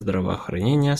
здравоохранения